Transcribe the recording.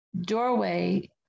doorway